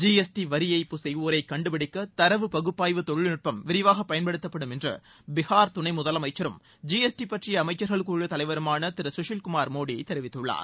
GST வரி ஏய்ப்பு செய்வோரை கண்டுபிடிக்க தரவு பகுப்பாய்வு தொழில்நுட்பம் விரிவாகப்ப பயன்படுத்தப்படும் என்று பீகார் துணை முதலமைச்சரும் ஜி எஸ் டி பற்றிய அமைச்சர் குழு தலைவருமான திரு சுஷில் குமார் மோடி தெரிவித்துள்ளார்